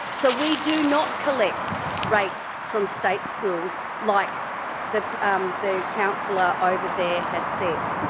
so we do not collect rates from state schools like the um the councillor over there had said.